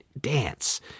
dance